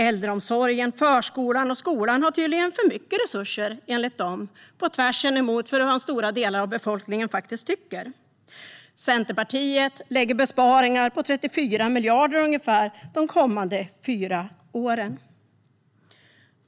Äldreomsorgen, förskolan och skolan har tydligen för mycket resurser, enligt dem, tvärtemot vad stora delar av befolkningen faktiskt tycker. Centerpartiet föreslår besparingar på ungefär 34 miljarder de kommande fyra åren.